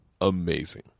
amazing